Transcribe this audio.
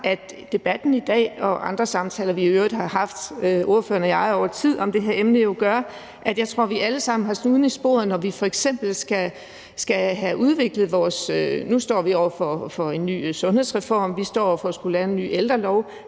at debatten i dag og de andre samtaler, som ordføreren og jeg i øvrigt har haft over tid om det her emne, gør, at jeg tror, vi alle sammen har snuden i sporet, når vi f.eks. skal have udviklet det. Nu står vi over for en ny sundhedsreform, og vi står over for at skulle lave en ny ældrelov,